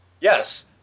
Yes